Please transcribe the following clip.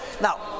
Now